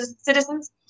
citizens